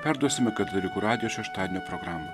perduosime katalikų radijo šeštadienio programą